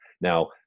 Now